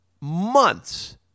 months